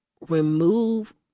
remove